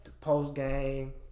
post-game